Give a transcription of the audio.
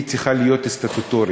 היא צריכה להיות סטטוטורית.